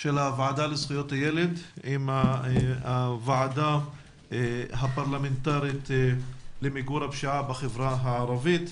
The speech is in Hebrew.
של הוועדה לזכויות הילד והוועדה הפרלמנטרית למיגור הפשיעה בחבה הערבית.